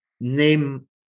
name